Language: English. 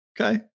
Okay